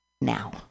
Now